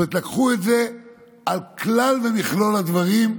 כלומר לקחו את זה על כלל ומכלול הדברים.